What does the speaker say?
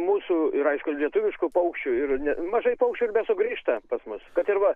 mūsų ir aišku lietuviškų paukščių ir ne mažai paukščių sugrįžta pas mus kad ir va